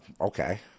okay